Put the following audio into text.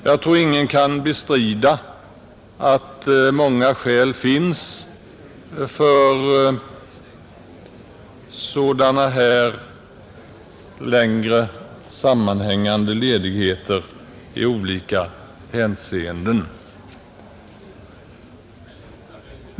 Jag tror ingen kan bestrida att många skäl finns för längre sammanhängande ledigheter i olika hänseenden.